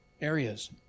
areas